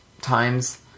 times